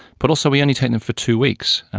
but also we only take them for two weeks.